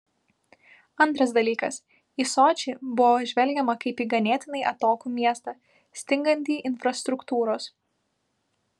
antras dalykas į sočį buvo žvelgiama kaip į ganėtinai atokų miestą stingantį infrastruktūros